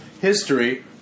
history